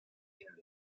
int